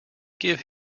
give